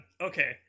okay